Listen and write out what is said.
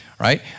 right